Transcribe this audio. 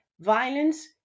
violence